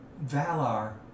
Valar